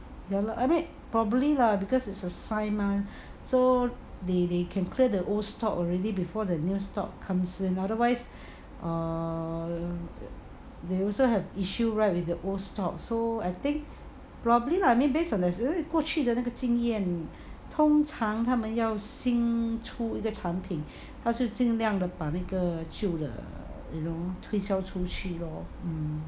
ya lah I mean probably lah cause it's a sign mah so they they can clear the old stock already before the new stock comes in otherwise err they also have issue right with the old stock so I think probably lah based on their 过去的那个经验通常他们要新出的产品他就尽量的把那个旧的 you know 推销出去 lor